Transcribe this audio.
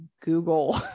Google